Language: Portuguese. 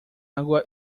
água